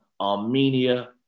Armenia